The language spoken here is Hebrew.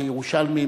כירושלמי,